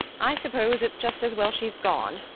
i suppose it's just as well she's gone,